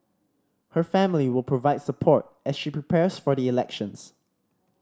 her family will provide support as she prepares for the elections